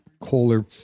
kohler